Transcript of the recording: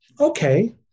Okay